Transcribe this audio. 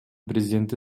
президенти